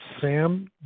Sam